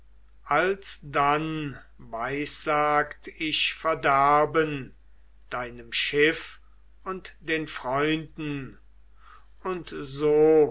alsdann weissag ich verderben deinem schiff und den freunden und so